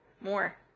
more